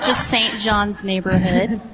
ah st. john's neighborhood.